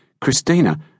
Christina